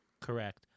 Correct